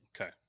Okay